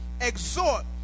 exhort